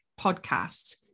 podcasts